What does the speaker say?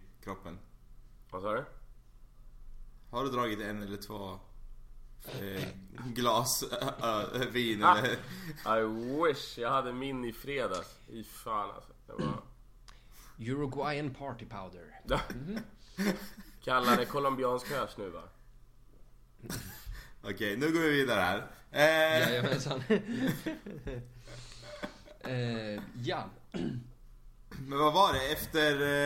kroppen? Vad sa du? Har du dragit en eller två, eh, glas, ö, ö, vin, Ah! eller? I wish jag hade min i fredags. I fan, alltså. Det var- Uruguayan party powder. Mhm. Kallar det kolombiansk ös nu, va? Okej, nu går vi vidare här. Eh. Jajamensan. Eh, ja. Men vad var det efter, eh,